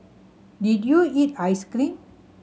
did you eat ice cream